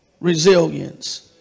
resilience